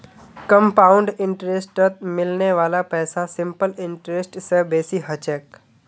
compound इंटरेस्टत मिलने वाला पैसा सिंपल इंटरेस्ट स बेसी ह छेक